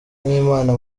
n’imana